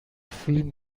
فیلم